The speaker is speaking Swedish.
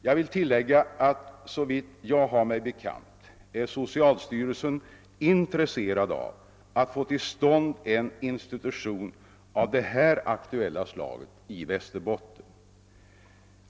Jag vill tillägga att socialstyrelsen, såvitt jag har mig bekant, är intresserad av att få till stånd en institution av detta aktuella slag i Västerbotten.